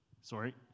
Sorry